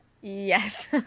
Yes